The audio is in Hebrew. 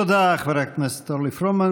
תודה, חברת הכנסת אורלי פרומן.